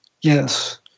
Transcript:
Yes